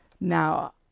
Now